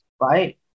right